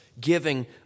giving